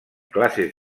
classes